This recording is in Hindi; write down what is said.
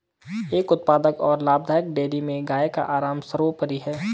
एक उत्पादक और लाभदायक डेयरी में गाय का आराम सर्वोपरि है